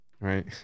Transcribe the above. right